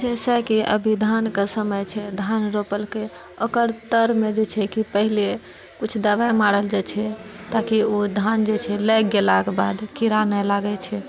जैसे की अभी धानकऽ समय छै धान रोपलकै ओकर तरमऽ जे छै कि पहिले कुछ दबाइ मारल जाइत छै ताकि ओ धान जे छै लागि गेलाकऽ बाद कीड़ा नहि लागैत छै